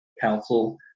council